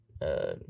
Uh-